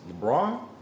LeBron